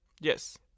Yes